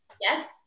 yes